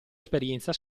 esperienza